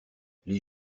les